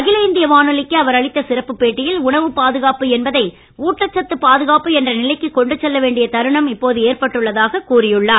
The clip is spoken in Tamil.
அகில இந்திய வானொலிக்கு அவர் அளித்த சிறப்புப் பேட்டியில் உணவுப் பாதுகாப்பு என்பதை ஊட்டச்சத்து பாதுகாப்பு என்ற நிலைக்கு கொண்டுசெல்ல வேண்டிய தருணம் இப்போது ஏற்பட்டுள்ளதாகக் கூறியுள்ளார்